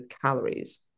calories